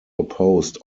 opposed